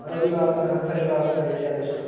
रविवासरः शनिवासरः इत्यादिषु